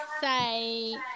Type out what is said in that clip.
say